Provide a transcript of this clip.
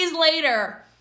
later